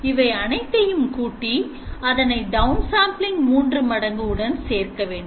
இவை அனைத்தையும் கூட்டி அதனை downsampling 3 மடங்கு உடன் சேர்க்க வேண்டும்